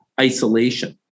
isolation